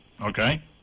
Okay